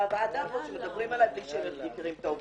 הוועדה הזאת שמדברים עליי בלי שמכירים את העובדות.